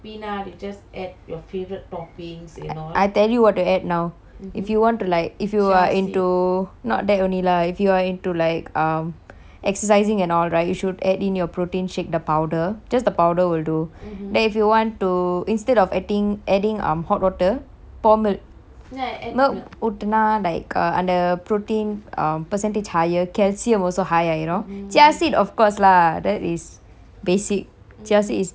I tell you what to add now if you want to like if you are into not that only lah if you are into like um exercising and all right you should add in your protein shake the powder just the powder will do then if you want to instead of adding adding um hot water pour milk milk ஊட்டுனா:ootuna like அந்த:anthe um protein percentage higher calcium also higher chia seed of course lah that is basic chia seed is damn good it's all good for your digestion though